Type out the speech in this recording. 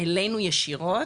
אלינו ישירות,